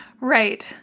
Right